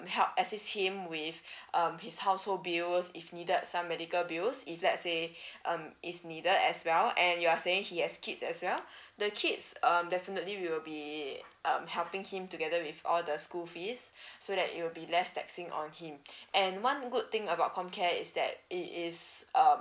help assist him with um his household bills if needed some medical bills if let's say um is needed as well and you are saying he has kids as well the kids um definitely will be um helping him together with all the school fees so that it will be less taxing on him and one good thing about comcare is that it is um